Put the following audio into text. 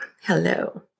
Hello